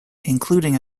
including